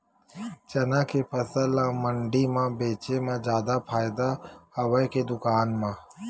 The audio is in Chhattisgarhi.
चना के फसल ल मंडी म बेचे म जादा फ़ायदा हवय के दुकान म?